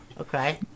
Okay